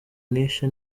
nishe